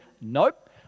Nope